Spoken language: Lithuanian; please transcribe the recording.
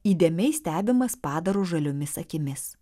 įdėmiai stebimas padaro žaliomis akimis